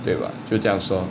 对吧就这样说